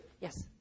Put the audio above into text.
Yes